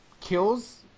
kills